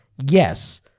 Yes